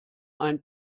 ein